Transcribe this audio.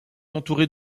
entouré